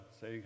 say